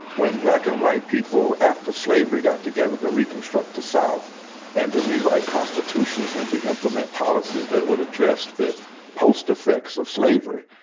when black and white people after slavery got together to reconstruct the south and to rewrite constitutions and to implement policies that would address the post-effects of slavery.